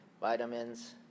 vitamins